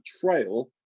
trail